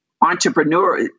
entrepreneur